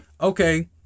Okay